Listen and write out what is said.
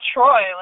Troy